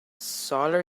solar